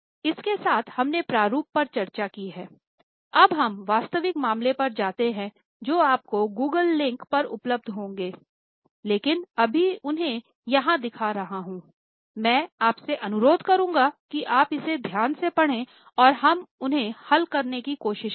इसके साथ हमने प्रारूप पर चर्चा की है अब हम वास्तविक मामले पर जाते हैं जो आपको Google लिंक पर उपलब्ध होंगे लेकिन अभी मैं उन्हें यहाँ दिखा रहा हूँ मैं आपसे अनुरोध करूँगा कि आप इसे ध्यान से पढ़ें और हम उन्हें हल करने की कोशिश करें